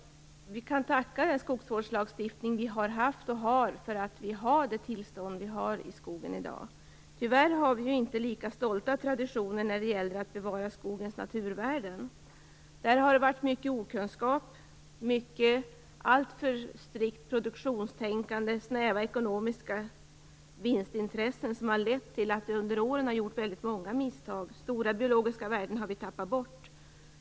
Vi kan tacka den skogsvårdslagstiftning vi har haft och har för att vi har det tillstånd i skogen som vi har i dag. Tyvärr har vi inte lika stolta traditioner när det gäller att bevara skogens naturvärden. Där har det varit mycket okunskap, alltför strikt produktionstänkande och snäva ekonomiska vinstintressen som har lett till att det under åren har gjorts många misstag. Vi har tappat bort stora biologiska värden.